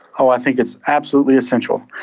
oh i think it's absolutely essential.